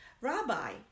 Rabbi